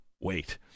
wait